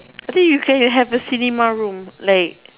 I think you can you have a cinema room like